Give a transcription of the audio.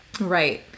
right